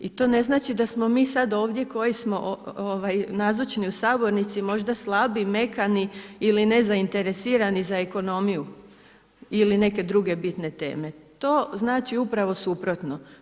I to ne znači da smo mi sad ovdje koji smo nazočni u sabornici možda slabi, mekani ili nezainteresirani za ekonomiju ili neke druge bitne teme, to znači upravo suprotno.